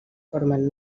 formen